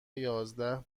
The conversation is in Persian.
یازده